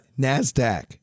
NASDAQ